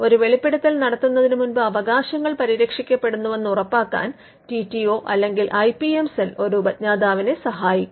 ഒരു വെളിപ്പെടുത്തൽ നടത്തുന്നതിനുമുമ്പ് അവകാശങ്ങൾ പരിരക്ഷിക്കപ്പെടുന്നുവെന്ന് ഉറപ്പാക്കാൻ ടി ടി ഒ അല്ലെങ്കിൽ ഐ പി എം സെൽ ഒരു ഉപജ്ഞാതാവിനെ സഹായിക്കും